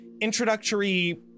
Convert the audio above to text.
introductory